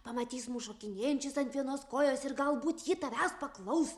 pamatys mus šokinėjančius ant vienos kojos ir galbūt ji tavęs paklaus